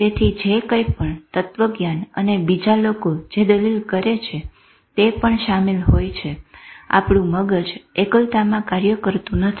તેથી જે કંઈપણ તત્વજ્ઞાન અને બીજા લોકો જે દલીલ કરે છે તે પણ સામેલ હોય છે આપણું મગજ એકલતામાં કાર્ય કરતું નથી